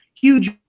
huge